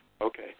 Okay